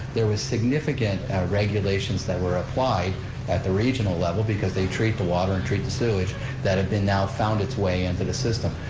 there was significant regulations that were applied at the regional level because they treat the water and treat the sewage that have been now found its way into the system.